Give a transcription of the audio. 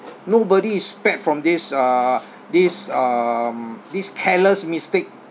nobody is spared from this uh this um this careless mistake